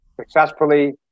successfully